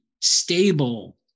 stable